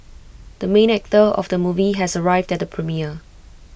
the main actor of the movie has arrived at the premiere